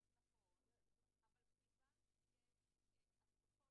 כיוון שהרופאים הגניקולוגים לא רגילים לעשות בדיקות